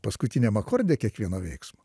paskutiniam akorde kiekvieno veiksmo